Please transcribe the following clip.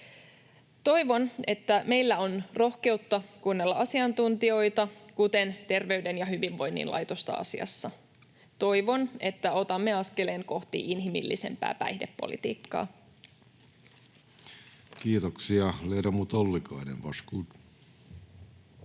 Toivon, että meillä on rohkeutta kuunnella asiassa asiantuntijoita, kuten Terveyden ja hyvinvoinnin laitosta. Toivon, että otamme askeleen kohti inhimillisempää päihdepolitiikkaa. [Speech 31] Speaker: Jussi